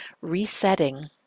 Resetting